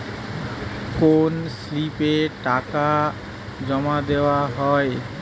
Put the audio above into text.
কোন স্লিপে টাকা জমাদেওয়া হয়?